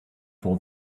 for